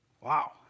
Wow